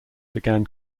began